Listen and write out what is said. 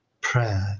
prayer